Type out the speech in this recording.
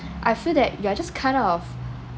I feel that you're just kind of